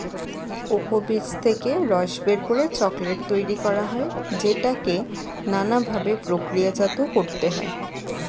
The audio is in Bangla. কোকো বীজ থেকে রস বের করে চকোলেট তৈরি করা হয় যেটাকে নানা ভাবে প্রক্রিয়াজাত করতে হয়